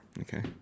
Okay